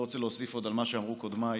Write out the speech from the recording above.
לא רוצה להוסיף על מה שאמרו קודמיי,